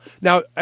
Now